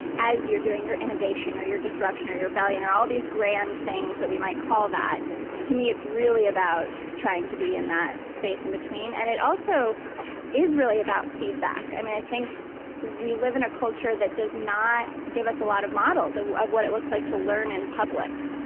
as you're doing your innovation, or your disruption, or your rebellion, or all these grand things that we might call that to me, it's really about trying to be in that space in between. and it also is really about feedback. i mean, i think we live in a culture that does not give us a lot of models so of what it looks like to learn in public.